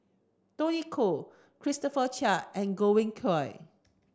Tony Khoo Christopher Chia and Godwin Koay